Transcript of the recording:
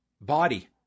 body